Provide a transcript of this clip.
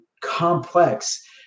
complex